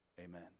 Amen